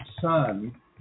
son